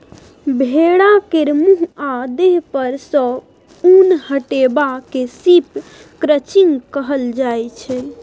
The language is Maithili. भेड़ा केर मुँह आ देह पर सँ उन हटेबा केँ शिप क्रंचिंग कहल जाइ छै